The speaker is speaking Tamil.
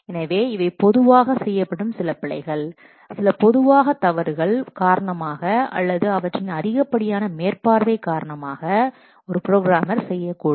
எனவே இவை பொதுவாக செய்யப்படும் சில பிழைகள் சில பொதுவான தவறுகள் காரணமாக அல்லது அவற்றின் அதிகப்படியான மேற்பார்வை காரணமாக ஒரு ப்ரோக்ராமர் செய்யக்கூடும்